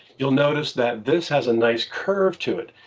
you'll notice that this has a nice curve to it.